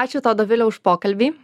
ačiū tau dovilė už pokalbį